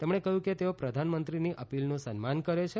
તેમણે કહ્યું કે તેઓ પ્રધાનમંત્રીની અપીલનું સન્માન કરે છે